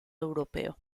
europeo